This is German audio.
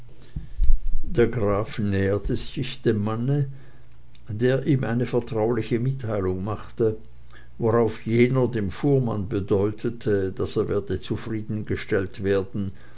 der graf näherte sich dem manne der ihm eine vertrauliche mitteilung machte worauf jener dem fuhrmann bedeutete daß er werde zufriedengestellt werden